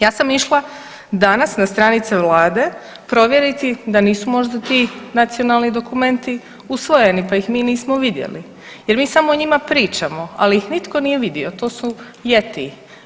Ja sam išla danas na stranice Vlade provjeriti da nisu možda ti nacionalni dokumenti usvojeni pa ih mi nismo vidjeli jer mi samo o njima pričamo, ali ih nitko nije vidio, to su jetii.